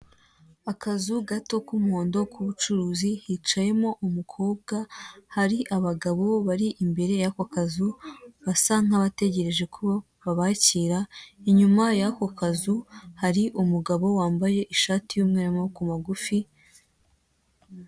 Akazu gato k'umuhondo k'ubucuruzi hicayemo umukobwa, hari abagabo bari imbere y'ako kazu basa nk'abategereje ko babakira, inyuma y'ako kazu hari umugabo wambaye ishati y'umweru y'amaboko magufi.